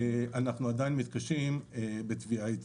אנחנו עדיין מתקשים בתביעה ייצוגית.